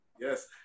Yes